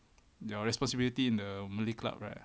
your responsibility in the malay club right